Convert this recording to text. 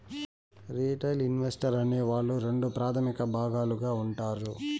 retail investor అనే వాళ్ళు రెండు ప్రాథమిక భాగాలుగా ఉంటారు